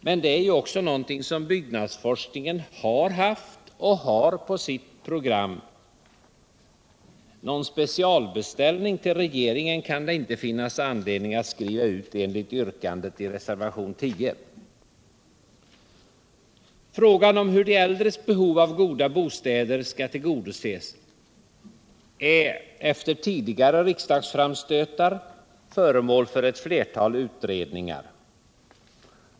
Men det är ju också någonting som byggforskningen har haft och har på sitt program. Någon specialbeställning till regeringen enligt yrkandet i reservationen 10 kan det inte finnas anledning atv skriva ut. Frågan om hur de äldres behov av goda bostäder skall tillgodoses är efter tidigare riksdagsframstötar föremål för ett ANertal utredningar.